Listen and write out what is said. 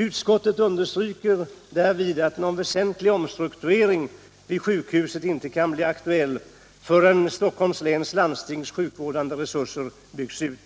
Utskottet understryker att någon väsentlig omstrukturering vid sjukhuset inte kan bli aktuell förrän Stockholms läns landstings sjukvårdande resurser byggts ut.